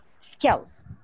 skills